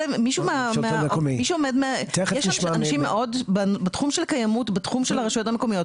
יש אנשים בתחום של הרשויות המקומיות,